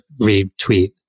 retweet